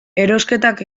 erosketak